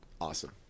awesome